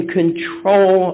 control